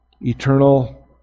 Eternal